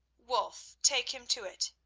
wulf, take him to it,